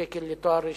שקלים לתואר שני,